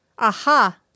Aha